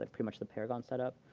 ah pretty much the paragon set up.